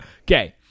Okay